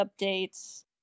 updates